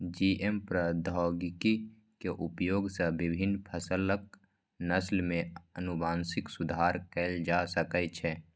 GM प्रौद्योगिकी के उपयोग सं विभिन्न फसलक नस्ल मे आनुवंशिक सुधार कैल जा सकै छै